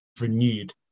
renewed